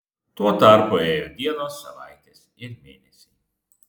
o tuo tarpu ėjo dienos savaitės ir mėnesiai